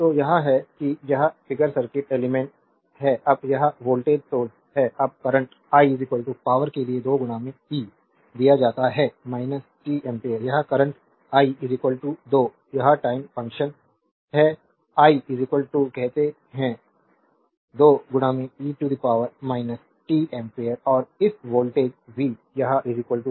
तो यह है कि यह फिगर सर्किट एलिमेंट्स है अब यह वोल्टेज सोर्स है अब करंट आई पावरके लिए 2 ई दिया जाता है टी एम्पीयर यह करंट आई 2 यह टाइम फंक्शन है आई कहते हैं 2 e t एम्पीयर और इस वोल्टेज वी यह 12 वोल्ट